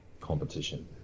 competition